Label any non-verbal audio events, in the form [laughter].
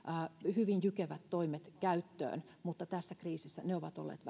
hyvin jykevät toimet käyttöön mutta tässä kriisissä ne ovat olleet [unintelligible]